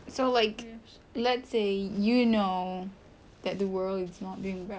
so like let's say you know that the world is not doing well